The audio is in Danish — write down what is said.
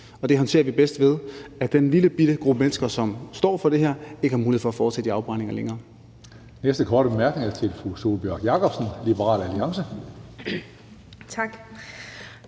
det håndterer vi bedst, ved at den lillebitte gruppe mennesker, som står for det her, ikke har mulighed for at foretage de afbrændinger længere. Kl. 17:15 Tredje næstformand (Karsten Hønge): Næste korte bemærkning er til fru Sólbjørg Jakobsen, Liberal Alliance. Kl.